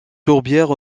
tourbières